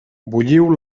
bulliu